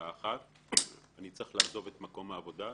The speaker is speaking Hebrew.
בשעה 13:00. אני צריך לעזוב את מקום העבודה,